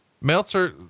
Meltzer